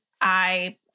I-